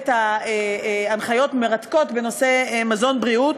הנחיות מרתקות בנושא מזון בריאות,